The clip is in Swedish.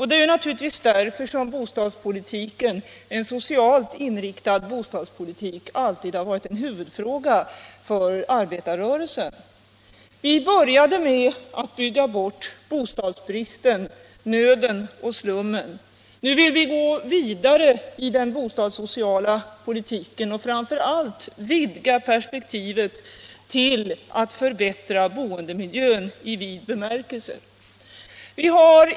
Det är givetvis därför som en socialt inriktad bostadspolitik alltid har varit en huvudfråga för arbetarrörelsen. Vi började med att bygga bort bostadsbristen, nöden och slummen. Nu vill vi gå vidare i den bostadssociala politiken och framför allt vidga perspektivet till att förbättra boendemiljön i vid bemärkelse.